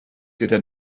gyda